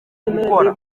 gukora